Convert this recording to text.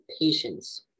patience